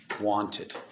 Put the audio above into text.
wanted